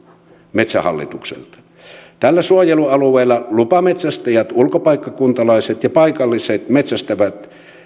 metsähallitukselta tällä suojelualueella lupametsästäjät ulkopaikkakuntalaiset ja paikalliset metsästävät